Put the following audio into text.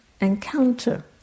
encounter